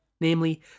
namely